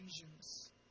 visions